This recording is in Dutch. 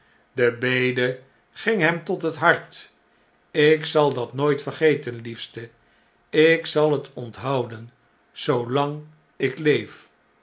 de bede ging hem tot het hart ik zal dat nooit vergeten liefste ik zal het onthouden zoolang ik leef